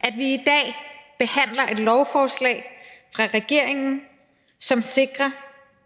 at vi i dag behandler et lovforslag fra regeringen, som sikrer,